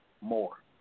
more